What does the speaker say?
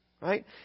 Right